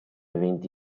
eventi